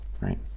Right